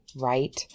right